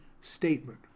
statement